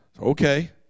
Okay